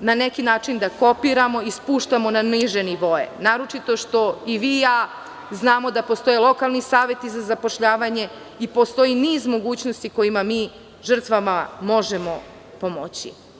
na neki način, da kopiramo, da spuštamo na niže nivoe, a naročito što i vi i ja znamo da postoje lokalni saveti za zapošljavanje i postoji niz mogućnosti kojima mi žrtvama možemo pomoći.